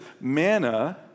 manna